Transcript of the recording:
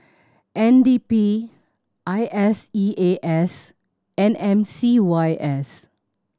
N D P I S E A S and M C Y S